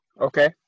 Okay